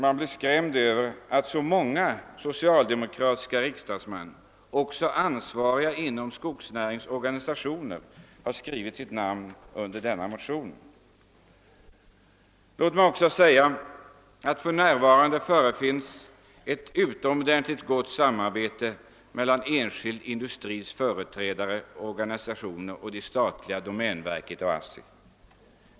Man blir skrämd över att så många socialdemokratiska riksdagsmän, också sådana som intar en ansvarig ställning inom skogsnäringarnas organisationer, har satt sitt namn under denna motion. För närvarande råder ett utomordentligt gott samarbete mellan å ena sidan den enskilda industrins företrädare och organisationer och å andra sidan domänverket och ASSI.